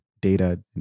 data